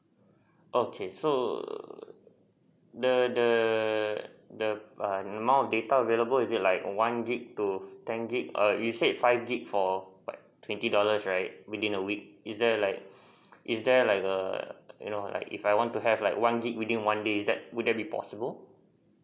okay so the the the err amount of data available is it like one gig to ten gig err you said five gig for twenty dollars right within a week is there like is there like a you know like if I want to have like one gig within one day is that would that be possible